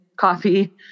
coffee